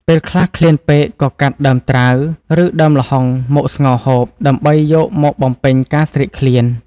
ពេលខ្លះឃ្លានពេកក៏កាត់ដើមត្រាវ ឬដើមល្ហុងមកស្ងោរហូប ដើម្បីយកមកបំពេញការស្រែកឃ្លាន។